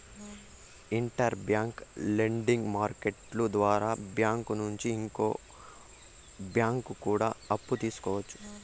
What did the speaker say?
inter bank lending market ద్వారా bank నుంచి ఇంకో బ్యాంకు కూడా అప్పు తీసుకోవచ్చు